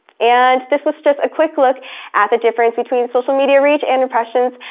and this was just a quick look at the difference between social media reach and impressions!